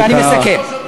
אני מסכם.